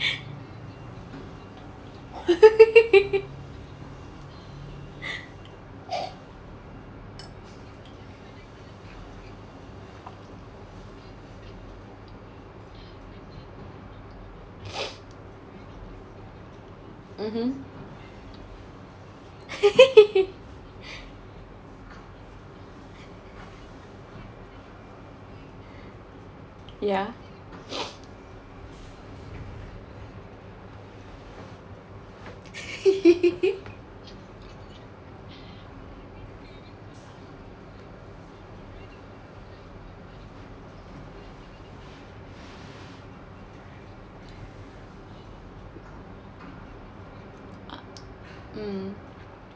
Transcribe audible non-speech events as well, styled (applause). (laughs) mmhmm (laughs) yeah (laughs) mm